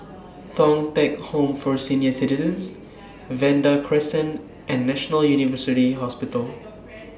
Thong Teck Home For Senior Citizens Vanda Crescent and National University Hospital